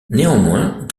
néanmoins